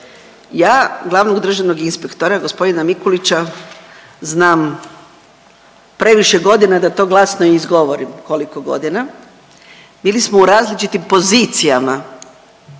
Ja glavnog državnog inspektora g. Mikulića znam previše godina da to glasno i izgovorim koliko godina, bili smo u različitim pozicijama